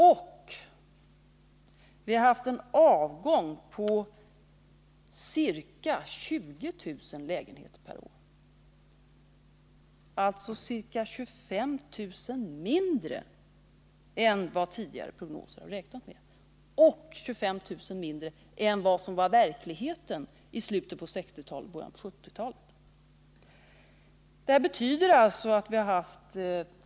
Vi har samtidigt haft en avgång på ca 20 000 lägenheter per år — alltså ca 25 000 mindre än vad tidigare prognoser räknade med och 25 000 mindre än vad som var verklighet i slutet av 1960-talet och början av 1970-talet.